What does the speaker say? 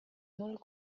molt